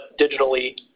digitally